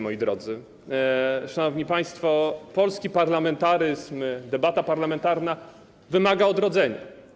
Moi drodzy, szanowni państwo, polski parlamentaryzm, debata parlamentarna wymaga odrodzenia.